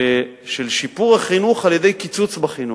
של שיפור החינוך על-ידי קיצוץ בחינוך.